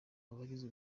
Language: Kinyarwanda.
abagize